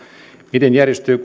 miten järjestyy